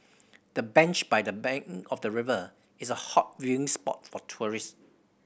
the bench by the bank of the river is a hot viewing spot for tourists